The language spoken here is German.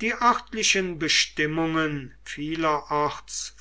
die örtlichen bestimmungen vielerorts